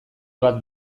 bat